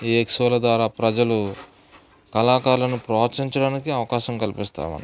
ఈ ఎక్స్పోల ద్వారా ప్రజలు కళాకారులను ప్రోత్సహించడానికి అవకాశం కల్పిస్తారు